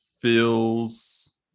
feels